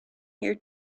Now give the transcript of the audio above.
here